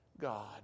God